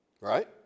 Right